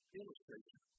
illustration